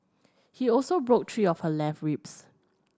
he also broke three of her left ribs